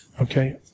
okay